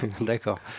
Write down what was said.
D'accord